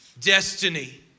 destiny